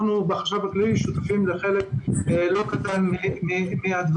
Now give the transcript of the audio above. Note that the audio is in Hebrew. בחשב הכללי אנחנו שותפים לחלק לא קטן מהדברים.